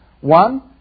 One